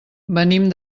venim